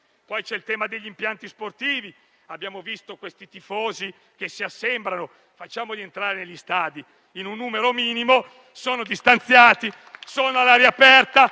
anche il tema degli impianti sportivi. Abbiamo visto i tifosi che si assembrano, ebbene facciamoli entrare negli stadi in un numero minimo, distanziati, all'aria aperta,